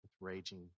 raging